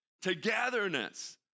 Togetherness